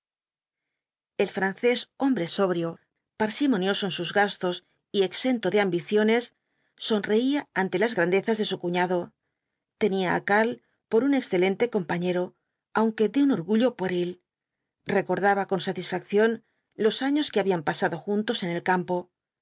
el francés hombre sobrio parsimonioso en sus gastos y exento de ambiciones sonreía ante las grandezas de su cuñado tenía á karl por un excelente compañero aunque de un orgullo pueril recordaba con satisfacción los años que habían pasado juntos en el campo